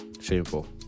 Shameful